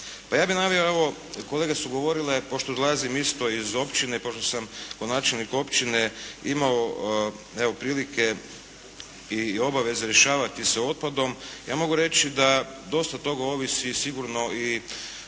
Pa ja bih naveo ovo, kolege su govorile, pošto dolazim isto iz općine, pošto sam kao načelnik općine imao evo prilike i obaveze rješavati sa otpadom. Ja mogu reći da dosta toga ovisi sigurno i